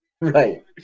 right